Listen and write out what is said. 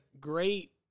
great